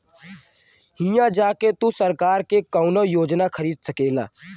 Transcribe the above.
हिया जा के तू सरकार की कउनो योजना खरीद सकेला